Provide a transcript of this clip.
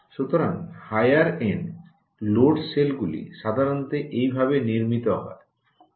সুতরাং higher end load সেলগুলি সাধারণত এইভাবে নির্মিত হয়